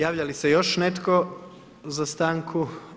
Javlja li se još netko za stanku?